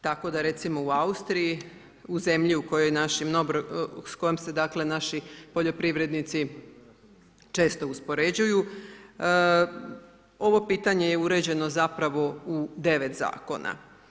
Tako da recimo, u Austriji, u zemlji u kojoj naši mnogobrojni, s kojom se dakle, naši poljoprivrednici često uspoređuju, ovo pitanje je uređeno zapravo u 9 zakona.